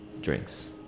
drinks